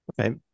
okay